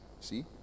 see